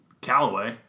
Callaway